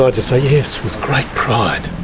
i just say, yes, with great pride.